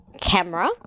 camera